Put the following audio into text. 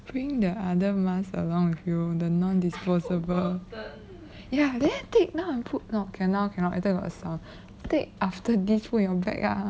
bring the other mask along with you the non disposable ya then take now and put no cannot cannot later got sound take after this put in your bag ah